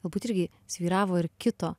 galbūt irgi svyravo ir kito